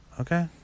Okay